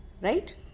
right